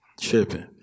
Tripping